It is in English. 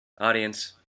Audience